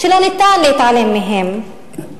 שלא ניתן להתעלם מהם.